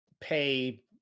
pay